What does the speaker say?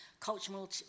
cultural